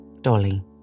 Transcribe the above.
Dolly